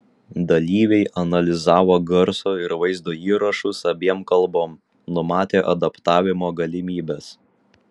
dalyviai analizavo garso ir vaizdo įrašus abiem kalbom numatė adaptavimo galimybes